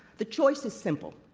the choice is simple.